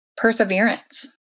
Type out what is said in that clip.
perseverance